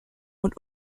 und